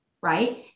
right